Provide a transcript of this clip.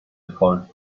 پارک